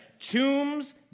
tombs